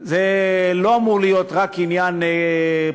זה לא אמור להיות רק עניין פרטי.